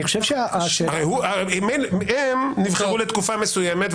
אני חושב --- הם נבחרו לתקופה מסוימת,